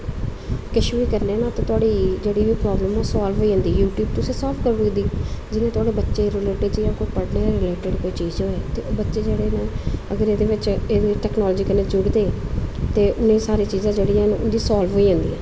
कुछ बी करने ना ते तुआड़ी जेह्ड़ी बी प्राब्लम ऐ ओह् सालव होई जंदी ऐ यूटयूब सालव करी ओड़दी जि'यां तोआड़े बच्चें दे रिलेटिड पढ़ने दे रिलेटिड चीज होऐ ते बच्चे जेह्ड़े न अगर एह्दे बिच्च टैक्नालजी कन्नै जुड़दे ते उं'दी सारी चीजां न उं'दिया सालव होई जंदियां न